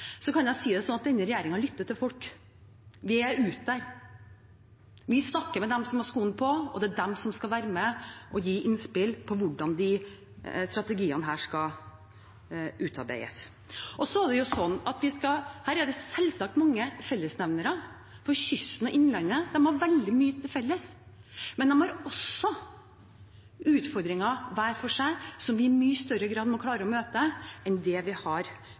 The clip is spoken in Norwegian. kan jeg si at denne regjeringen lytter til folk. Vi er der ute. Vi snakker med dem som har skoen på, det er de som skal være med og gi innspill til hvordan strategien skal utarbeides. Her er det selvsagt mange fellesnevnere, for kysten og innlandet har veldig mye til felles. Men de har også utfordringer hver for seg som vi må klare å møte i mye større grad enn vi har gjort før. Det